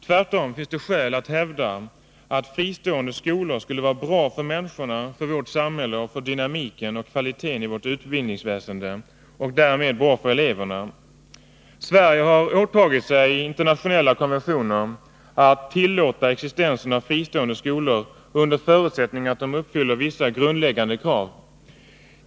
Tvärtom finns skäl att hävda, att fristående skolor skulle vara bra för människorna, för vårt samhälle och för dynamiken och kvaliteten i vårt utbildningsväsende — och därmed bra för eleverna. Sverige har åtagit sig i internationella konventioner att tillåta existensen av fristående skolor under förutsättning att de uppfyller vissa grundläggande krav.